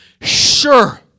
sure